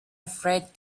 afraid